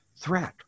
threat